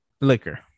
liquor